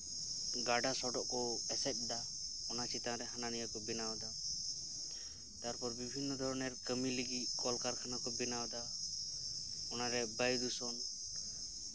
ᱜᱟᱰᱟ ᱥᱚᱰᱚᱜ ᱠᱚ ᱮᱥᱮᱫ ᱮᱫᱟ ᱚᱱᱟ ᱪᱮᱛᱟᱱ ᱨᱮ ᱦᱤᱱᱟᱹᱱᱤᱭᱟᱹ ᱠᱚ ᱵᱮᱱᱟᱣᱮᱫᱟ ᱛᱟᱨᱯᱚᱨ ᱵᱤᱵᱷᱤᱱᱚ ᱫᱷᱚᱨᱚᱱᱮᱨ ᱠᱟᱹᱢᱤᱭ ᱞᱟᱹᱜᱤᱫ ᱠᱚᱞ ᱠᱟᱨᱠᱷᱟᱱᱟ ᱠᱚ ᱵᱮᱱᱟᱣ ᱮᱫᱟ ᱚᱱᱟᱨᱮ ᱵᱟᱭᱩ ᱫᱩᱥᱚᱱ